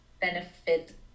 Benefit